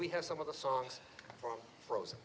we have some of the songs from frozen